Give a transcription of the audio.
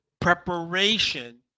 preparation